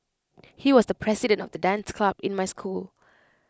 he was the president of the dance club in my school